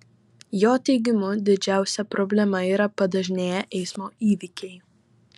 jo teigimu didžiausia problema yra padažnėję eismo įvykiai